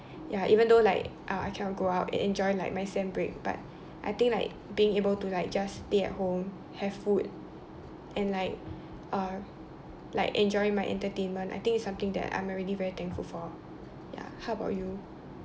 ya even though like uh I can't go out and enjoy like my sem break but I think like being able to like just stay at home have food and like uh like enjoying my entertainment I think it's something that I'm already very thankful for ya how about you